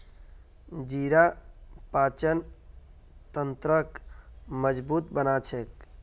जीरा पाचन तंत्रक मजबूत बना छेक